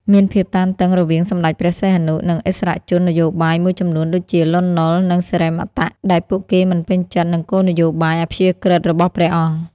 មានភាពតានតឹងរវាងសម្ដេចព្រះសីហនុ និងឥស្សរជននយោបាយមួយចំនួនដូចជា លន់ នល់ និង សិរិមតៈ ដែលពួកគេមិនពេញចិត្តនឹងគោលនយោបាយអព្យាក្រឹត្យរបស់ព្រះអង្គ។